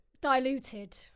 Diluted